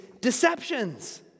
deceptions